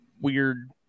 weird